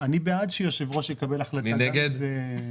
אני בעד שהיושב-ראש יקבל החלטה גם אם זה --- מי נגד?